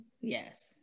Yes